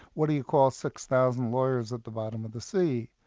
what do you call six thousand lawyers at the bottom of the sea?